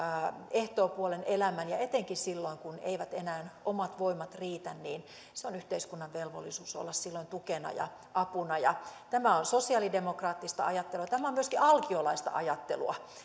ehtoopuolen elämän ja etenkin silloin kun eivät enää omat voimat riitä on yhteiskunnan velvollisuus olla tukena ja apuna tämä on sosiaalidemokraattista ajattelua tämä on myöskin alkiolaista ajattelua niin